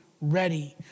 ready